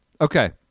okay